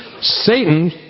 Satan